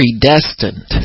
predestined